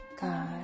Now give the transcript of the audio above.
God